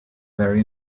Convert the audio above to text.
very